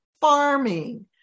farming